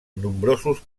nombrosos